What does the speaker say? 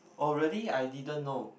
oh really I didn't know